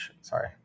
sorry